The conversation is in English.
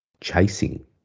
chasing